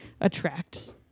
attract